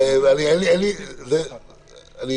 אנחנו